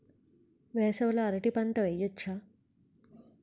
వేసవి లో అరటి పంట వెయ్యొచ్చా?